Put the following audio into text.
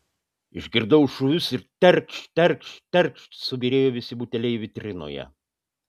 išgirdau šūvius ir terkšt terkšt terkšt subyrėjo visi buteliai vitrinoje